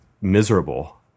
miserable